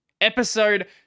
Episode